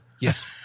yes